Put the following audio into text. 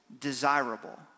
desirable